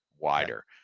wider